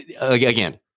again